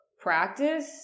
practice